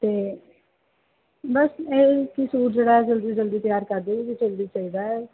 ਅਤੇ ਬਸ ਇਹੀ ਕਿ ਸੂਟ ਜਿਹੜਾ ਹੈ ਜਲਦੀ ਤੋਂ ਜਲਦੀ ਤਿਆਰ ਕਰ ਦੇ ਜਲਦੀ ਚਾਹੀਦਾ ਹੈ